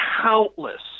countless